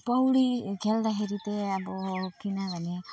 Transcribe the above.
पौडी खेल्दाखेरि चाहिँ अब किनभने